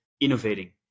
innovating